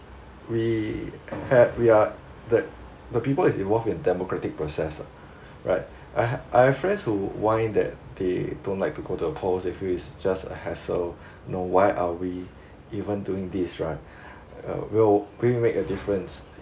we had we are that the people is involved in democratic process lah right I h~i have friends who whine that they don't like to go to the polls they feel is just a hassle know why are we even doing this right uh will we make a difference